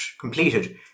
completed